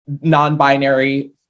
non-binary